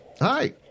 Hi